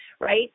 right